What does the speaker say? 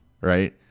right